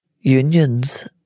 unions